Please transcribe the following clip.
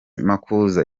makuza